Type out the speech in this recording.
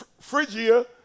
Phrygia